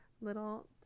little